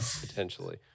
potentially